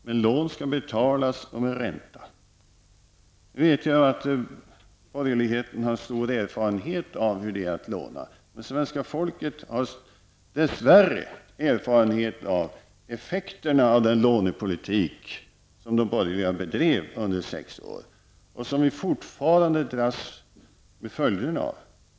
Men lån skall betalas med ränta. Nu vet jag att borgerligheten har stor erfarenhet av hur det är att låna. Men svenska folket har dess värre erfarenhet av effekterna av den lånepolitik som de borgerliga bedrev under sex år, och vi dras fortfarande med följderna av den.